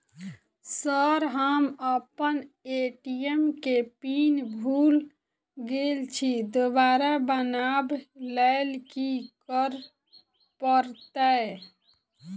Sir हम अप्पन ATM केँ पिन भूल गेल छी दोबारा बनाब लैल की करऽ परतै?